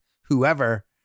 whoever